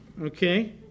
okay